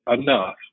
enough